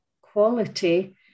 quality